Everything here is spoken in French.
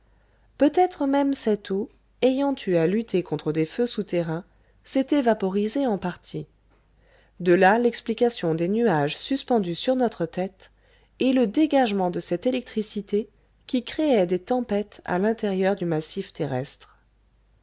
peut-être même cette eau ayant eu à lutter contre des feux souterrains s'était vaporisée en partie de là l'explication des nuages suspendus sur notre tête et le dégagement de cette électricité qui créait des tempêtes à l'intérieur du massif terrestre